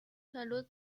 salud